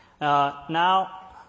Now